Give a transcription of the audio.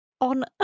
on